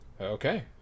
Okay